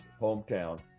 hometown